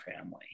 family